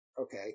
Okay